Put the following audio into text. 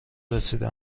رسیده